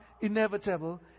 inevitable